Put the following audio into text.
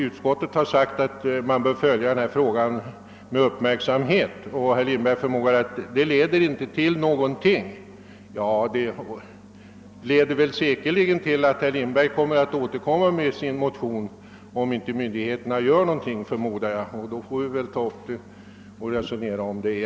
Utskottet har skrivit att denna fråga bör följas med uppmärksamhet, men herr Lindberg förmodade att detta inte kommer att ha någon effekt. Ja, jag förmodar att det åtminstone får den effekten att herr Lindberg återkommer med sin motion, om inte myndigheterna gör någonting åt saken, och då får vi tillfälle att återigen resonera om detta.